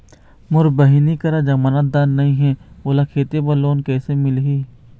मोर बहिनी करा जमानतदार नई हे, ओला खेती बर लोन कइसे मिलही?